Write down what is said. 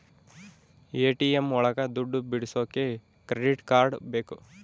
ATM ಒಳಗ ದುಡ್ಡು ಬಿಡಿಸೋಕೆ ಕ್ರೆಡಿಟ್ ಕಾರ್ಡ್ ಬೇಕು